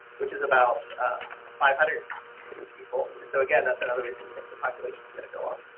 which is about five hundred people so again that's another reason you think the population is going to go on.